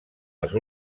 els